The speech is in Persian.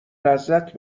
لذت